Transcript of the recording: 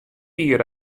jier